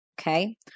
okay